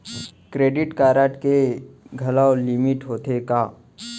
Credit card के घलव limit होथे का?